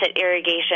irrigation